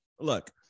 Look